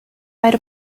write